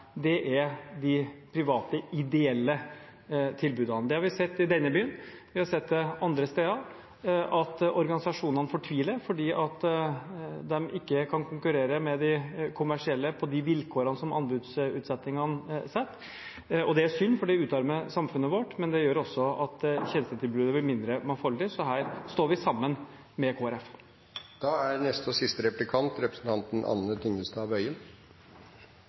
det er de private ideelle tilbyderne. Vi har sett det i denne byen, og vi har sett det andre steder, at organisasjonene fortviler fordi de ikke kan konkurrere med de kommersielle på de vilkårene som anbudsutsettingene setter. Det er synd, for det utarmer samfunnet vårt, men det gjør også at tjenestetilbudet blir mindre mangfoldig, så her står vi sammen med Kristelig Folkeparti. Som representanten